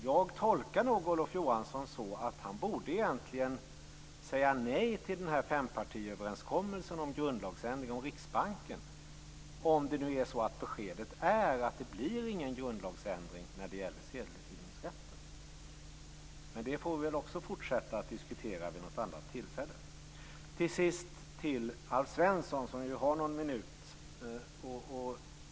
Jag tolkar nog Olof Johansson så att han egentligen borde säga nej till fempartiöverenskommelsen om en grundlagsändring beträffande Riksbanken, om nu beskedet är att det inte blir en grundlagsändring när det gäller sedelutgivningsrätten. Också det får vi nog fortsätta att diskutera vid ett annat tillfälle. Till sist vänder jag mig till Alf Svensson, som har några minuters taletid kvar.